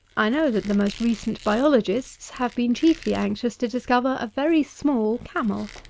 i know that the most recent biologists have been chiefly anxious to discover a very small camel.